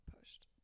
pushed